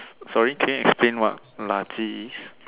sorry can you explain what laji is